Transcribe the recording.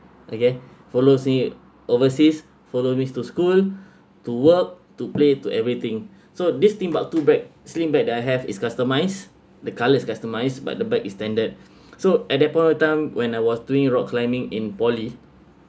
okay follows me overseas follow me to school to work to play to everything so this timbuktu bag sling bag that I have it's customized the color is customized but the bag is standard so at that point of time when I was doing rock climbing in poly